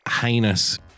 heinous